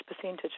percentage